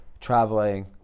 traveling